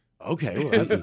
okay